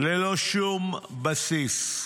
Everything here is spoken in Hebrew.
ללא שום בסיס.